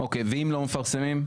אוקיי ואם לא מפרסמים?